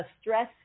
stress